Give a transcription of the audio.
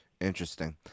Interesting